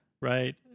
right